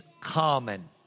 common